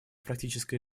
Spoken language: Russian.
практической